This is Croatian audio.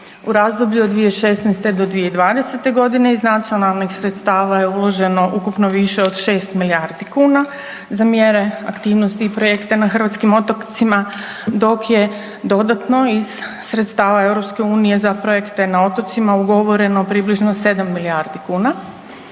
U razdoblju od 2016. do 2020.g. iz nacionalnih sredstava je uloženo ukupno više od 6 milijardi kuna za mjere, aktivnosti i projekte na hrvatskim otocima dok je dodatno iz sredstava EU za projekte na otocima ugovoreno približno 7 milijardi kuna